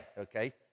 okay